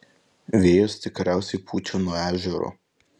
vėjas tikriausiai pučia nuo ežero